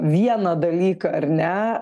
vieną dalyką ar ne